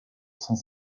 since